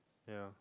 ya